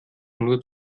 nur